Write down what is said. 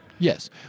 Yes